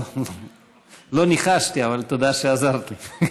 לא ניחשתי, אבל תודה שעזרת לי.